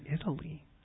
Italy